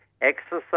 exercise